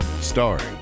Starring